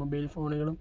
mobile ഫോണുകളും